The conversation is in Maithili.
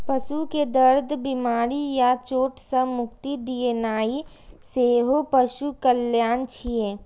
पशु कें दर्द, बीमारी या चोट सं मुक्ति दियेनाइ सेहो पशु कल्याण छियै